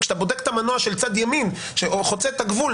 וכשאתה בודק את המנוע של צד ימין חוצה את הגבול,